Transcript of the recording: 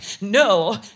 no